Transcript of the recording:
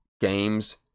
games